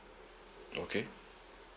okay